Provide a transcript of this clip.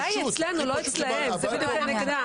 הכי פשוט.